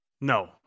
No